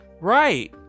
Right